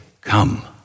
come